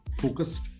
focused